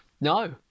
no